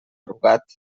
rugat